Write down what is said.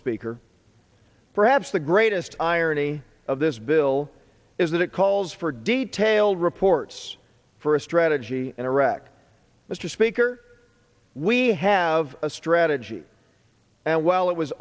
speaker perhaps the greatest irony of this bill is that it calls for detailed reports for a strategy in iraq mr speaker we have a strategy and while it was